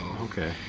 okay